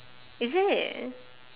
is it